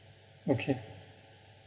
okay